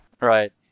right